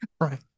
Right